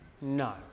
No